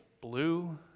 blue